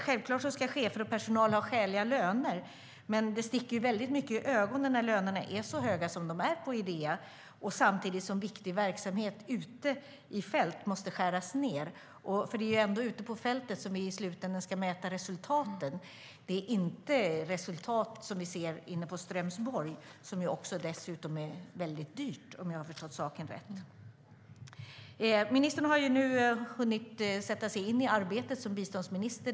Självklart ska chefer och personal ha skäliga löner, men det sticker väldigt mycket i ögonen när lönerna är så höga som de är på Idea samtidigt som viktig verksamhet ute i fält måste skäras ned. Det är ändå ute på fältet som vi i slutändan ska mäta resultaten. Det är inte resultat som vi ser på Strömsborg, där det dessutom är väldigt dyrt, om jag har förstått saken rätt. Ministern har nu hunnit sätta sig in i arbetet som biståndsminister.